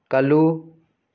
ꯀꯜꯂꯨ